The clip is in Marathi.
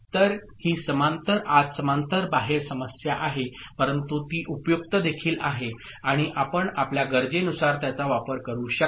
तर ही समांतर आत समांतर बाहेर समस्या आहे परंतु ती उपयुक्त देखील आहे आणि आपण आपल्या गरजेनुसार त्याचा वापर करू शकता